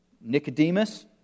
Nicodemus